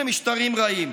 מבקש אותו הסדר למנסור עבאס.